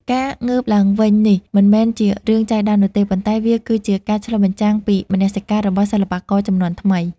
ការងើបឡើងវិញនេះមិនមែនជារឿងចៃដន្យនោះទេ ប៉ុន្តែវាគឺជាការឆ្លុះបញ្ចាំងពីមនសិការរបស់សិល្បករជំនាន់ថ្មី។